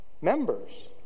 members